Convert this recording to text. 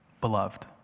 Beloved